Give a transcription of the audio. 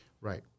Right